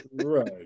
Right